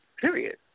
Period